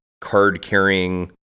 card-carrying